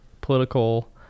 political